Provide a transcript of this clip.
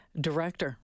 director